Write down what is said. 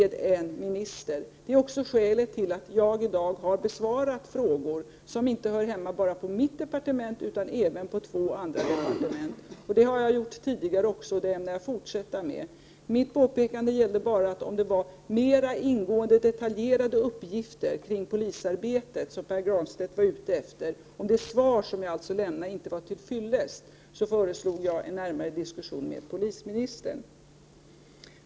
Det är också skälet till att jag i dag har besvarat frågor som hör hemma inte bara på mitt departement utan även på två andra departement. Det har jag gjort tidigare också, och det ämnar jag fortsätta med. Mitt påpekande gällde bara att Pär Granstedt, om han ansåg att det svar jag lämnade inte var till fyllest och han var ute efter mera ingående, detaljerade uppgifter kring polisarbetet, skulle ta upp en närmare diskussion med polisministern.